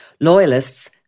Loyalists